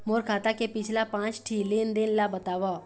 मोर खाता के पिछला पांच ठी लेन देन ला बताव?